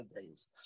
days